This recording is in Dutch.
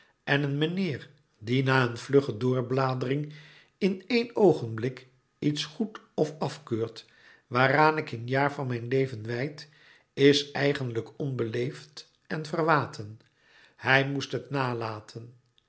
en een meneer die na een vlugge doorbladering in éen oogenblik iets goed of afkeurt waaraan ik een jaar van mijn leven wijd is eigenlijk onbeleefd en verwaten hij moest het nalaten